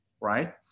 right